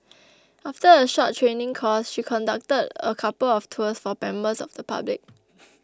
after a short training course she conducted a couple of tours for members of the public